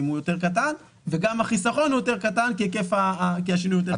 הוא יותר קטן וגם החיסכון הוא יותר קטן כי השינוי יותר קטן.